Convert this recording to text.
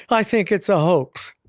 i think it's a hoax.